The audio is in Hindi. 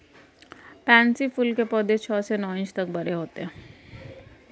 पैन्सी फूल के पौधे छह से नौ इंच तक बड़े होते हैं